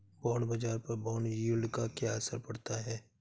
Bond बाजार पर bond yield का क्या असर पड़ता है?